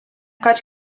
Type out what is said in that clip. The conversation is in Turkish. kaç